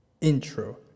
intro